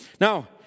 Now